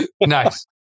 Nice